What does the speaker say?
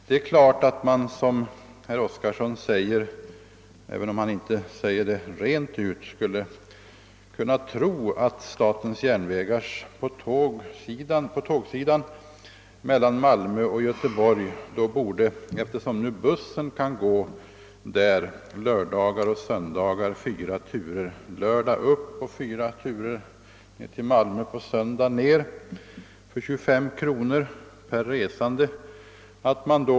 Herr talman! Eftersom SJ:s bussar kan gå fyra turer från Göteborg till Malmö på lördagar och fyra turer i motsatt riktning på söndagar för en avgift av 25 kronor per resande, skulle man kanske kunna frestas att tro att biljettpriserna på tågen skulle kunna sänkas.